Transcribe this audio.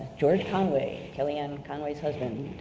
george conway, kellyanne conway's husband,